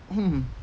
mmhmm